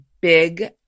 big